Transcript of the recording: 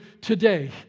today